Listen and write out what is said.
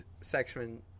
section